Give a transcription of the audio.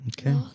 Okay